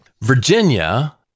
Virginia